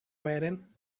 waiting